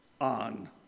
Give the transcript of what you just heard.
on